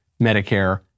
Medicare